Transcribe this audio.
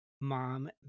mom